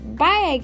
bye